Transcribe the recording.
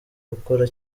gukora